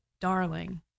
darling